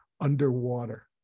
underwater